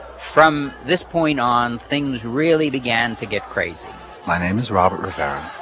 from this point on things really began to get crazy my name is robert rivera